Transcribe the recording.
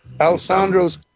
Alessandro's